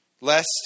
lest